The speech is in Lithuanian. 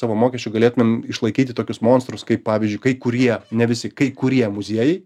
savo mokesčių galėtumėm išlaikyti tokius monstrus kaip pavyzdžiui kai kurie ne visi kai kurie muziejai